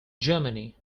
germany